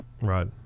right